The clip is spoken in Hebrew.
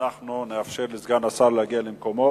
אנחנו נאפשר לסגן השר להגיע למקומו,